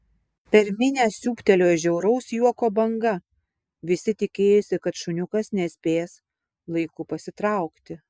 per minią siūbtelėjo žiauraus juoko banga visi tikėjosi kad šuniukas nespės laiku pasitraukti